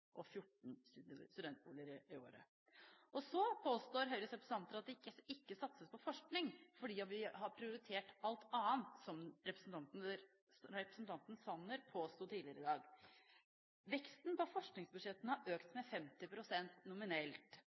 Så påstår Høyres representanter at det ikke satses på forskning, fordi vi «har prioritert alt annet», som representanten Sanner påsto tidligere i dag. Veksten på forskningsbudsjettene er økt med 50 pst. nominelt